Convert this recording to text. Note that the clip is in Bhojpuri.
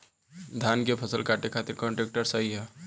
धान के फसल काटे खातिर कौन ट्रैक्टर सही ह?